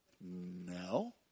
No